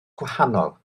gwahanol